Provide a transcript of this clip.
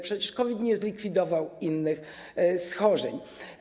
Przecież COVID nie zlikwidował innych schorzeń.